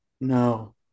No